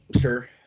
Sure